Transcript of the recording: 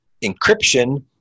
encryption